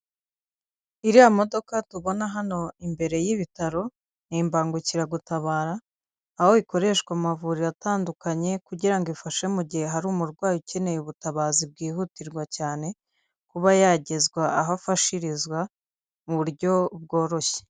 Iriya modoka tubona hano imbere y'ibitaro ni imbangukiragutabara, aho ikoreshwa mu mavuriro atandukanye kugira ifashe mu gihe hari umurwayi ukeneye ubutabazi bwihutirwa cyane kuba yagezwa aho afashirizwa mu buryo bworoshye.